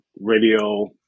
radio